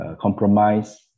compromise